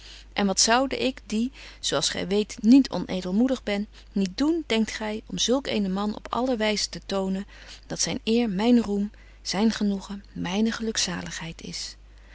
en wat zoude ik die zo als gy weet niet onedelmoedig ben niet doen denkt gy om zulk eenen man op alle wyzen te tonen dat zyn eer myn roem zyn genoegen myne gelukzaligheid is